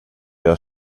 jag